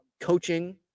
coaching